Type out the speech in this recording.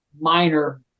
minor